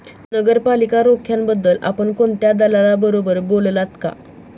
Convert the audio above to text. नगरपालिका रोख्यांबद्दल आपण कोणत्या दलालाबरोबर बोललात का?